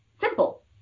simple